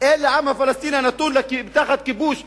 אין לעם הפלסטיני, הנתון תחת כיבוש מ-1967,